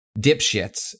dipshits